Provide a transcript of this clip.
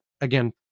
again